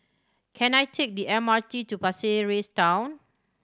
can I take the M R T to Pasir Ris Town